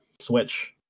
Switch